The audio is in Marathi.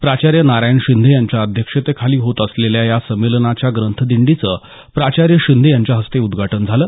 प्राचार्य नारायण शिंदे यांच्या अध्यक्षतेखाली होत असलेल्या या संमेलनाच्या ग्रंथदिंडीचं प्राचार्य़ शिंदे यांच्या हस्ते उदघाटन झालं